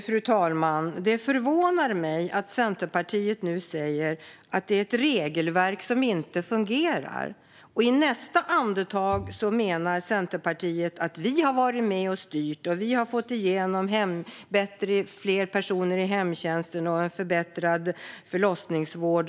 Fru talman! Det förvånar mig att Vänsterpartiet nu säger att regelverket inte fungerar och i nästa andetag menar att de har varit med och styrt och fått igenom fler personer i hemtjänsten och en förbättrad förlossningsvård.